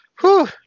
Whew